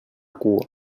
cua